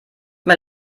mir